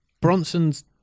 Bronson's